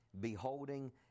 beholding